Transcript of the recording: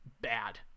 bad